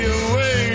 away